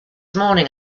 morning